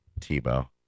Tebow